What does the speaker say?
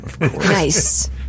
Nice